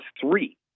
three